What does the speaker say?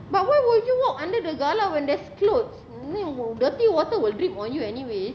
but why would you walk under the galah when there's clothes dirty water will drip on you anyway